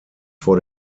vor